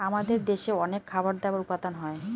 আমাদের দেশে অনেক খাবার দাবার উপাদান হয়